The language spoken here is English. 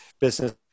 business